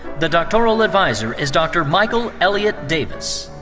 the doctoral adviser is dr. michael elliot davis.